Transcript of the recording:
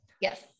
Yes